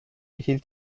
erhielt